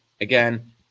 again